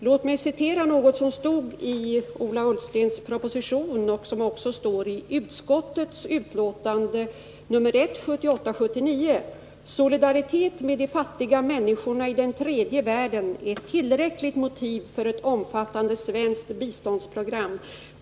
Låt mig citera något som stod i Ola Ullstens proposition och som också återfinns i utskottsbetänkandet 1978/79:1: ”Solidaritet med de fattiga människorna i den tredje världen är tillräckligt motiv för ett omfattande svenskt biståndsprogram.